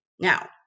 Now